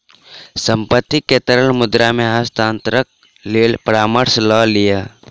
संपत्ति के तरल मुद्रा मे हस्तांतरणक लेल परामर्श लय लिअ